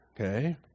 okay